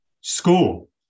School